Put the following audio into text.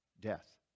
Death